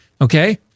Okay